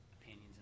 opinions